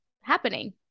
happening